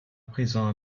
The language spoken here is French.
prison